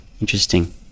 Interesting